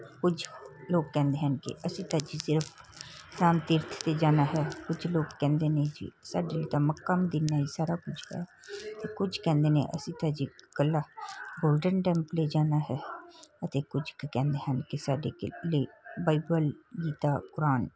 ਕੁਝ ਲੋਕ ਕਹਿੰਦੇ ਹਨ ਕਿ ਅਸੀਂ ਤਾਂ ਜੀ ਸਿਰਫ ਰਾਮ ਤੀਰਥ 'ਤੇ ਜਾਣਾ ਹੈ ਕੁਝ ਲੋਕ ਕਹਿੰਦੇ ਨੇ ਜੀ ਸਾਡੇ ਲਈ ਤਾਂ ਮੱਕਾ ਮਦੀਨਾ ਹੀ ਸਾਰਾ ਕੁਝ ਹੈ ਕੁਝ ਕਹਿੰਦੇ ਨੇ ਅਸੀਂ ਤਾਂ ਜੀ ਇਕੱਲਾ ਗੋਲਡਨ ਟੈਂਪਲ ਹੀ ਜਾਣਾ ਹੈ ਅਤੇ ਕੁਝ ਕੁ ਕਹਿੰਦੇ ਹਨ ਕਿ ਸਾਡੇ ਕਿ ਲੇ ਬਾਈਬਲ ਗੀਤਾ ਪੁਰਾਨ